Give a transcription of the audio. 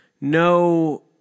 no